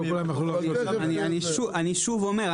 אני שוב אומר,